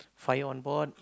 fire on board